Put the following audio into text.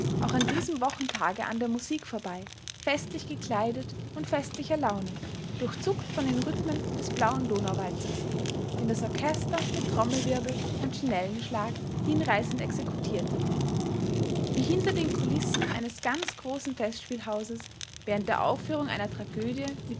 auch an diesem wochentage an der musik vorbei festlich gekleidet und festlicher laune durchzuckt von den rythmen des blauen donau walzers den das orchester mit trommelwirbel und tschinellenschlag hinreißend exekutierte wie hinter den kulissen eines ganz großen festspielhauses während der aufführung einer tragödie